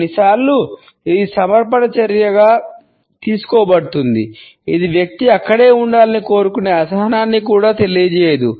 కొన్నిసార్లు ఇది సమర్పణ చర్యగా తీసుకోబడుతుంది ఇది వ్యక్తి అక్కడే ఉండాలని కోరుకునే అసహనాన్ని కూడా తెలియజేయదు